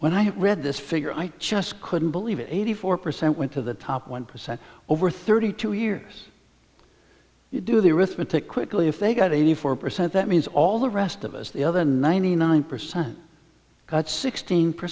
when i read this figure i just couldn't believe eighty four percent went to the top one percent over thirty two years you do the arithmetic quickly if they got eighty four percent that means all the rest of us the other ninety nine percent got sixteen per